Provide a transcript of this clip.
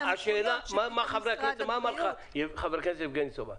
מה אמר לך חבר הכנסת יבגני סובה?